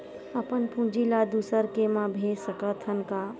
अपन पूंजी ला दुसर के मा भेज सकत हन का?